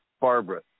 Barbara